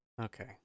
Okay